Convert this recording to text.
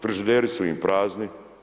Frižideri su im prazni.